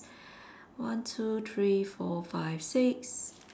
one two three four five six